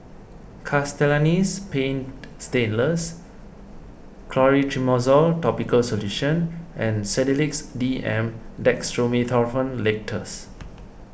Castellani's Paint Stainless Clotrimozole Topical Solution and Sedilix D M Dextromethorphan Linctus